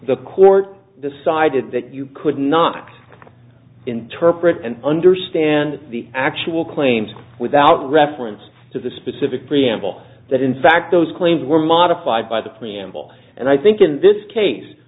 the court decided that you could not interpret and understand the actual claims without reference to the specific preamble that in fact those claims were modified by the preamble and i think in this case